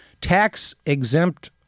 tax-exempt